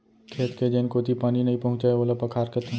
खेत के जेन कोती पानी नइ पहुँचय ओला पखार कथें